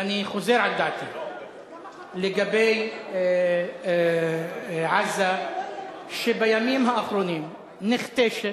ואני חוזר על דעתי לגבי עזה שבימים האחרונים נכתשת,